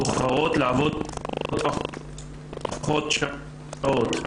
בוחרות לעבוד פחות שעות,